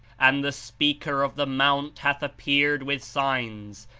and the speaker of the mount hath appeared with signs,